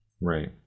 right